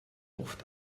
oft